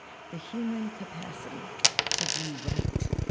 the human capacity to do right,